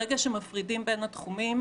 ברגע שמפרידים בין התחומים,